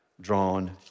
drawn